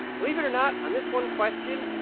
believe it or not, on this one question,